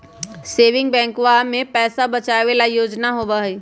saving बैंकवा में पैसा बचावे ला योजना होबा हई